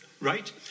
right